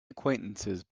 acquaintances